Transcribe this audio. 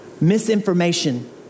Misinformation